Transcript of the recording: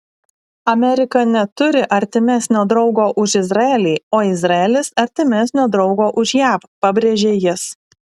amerika neturi artimesnio draugo už izraelį o izraelis artimesnio draugo už jav pabrėžė jis